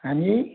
हाँ जी